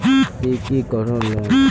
ती की करोहो लोन?